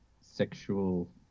sexual